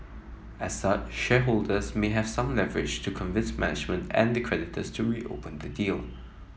as such shareholders may have some leverage to convince management and the creditors to reopen the deal